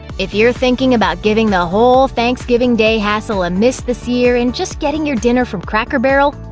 if you're thinking about giving the whole thanksgiving day hassle a miss this year and just getting your dinner from cracker barrel,